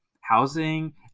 housing